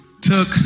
took